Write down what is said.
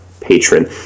patron